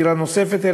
דירה נוספת,